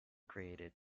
created